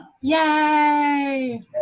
Yay